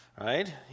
right